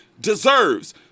deserves